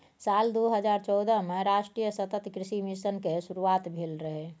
साल दू हजार चौदह मे राष्ट्रीय सतत कृषि मिशन केर शुरुआत भेल रहै